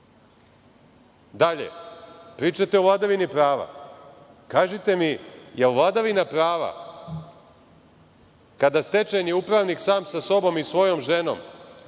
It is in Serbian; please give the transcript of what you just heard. nije. Dalje, pričate o vladavini prava. Kažite mi da li je vladavina prava kada stečajni upravnik sam sa sobom i svojom ženom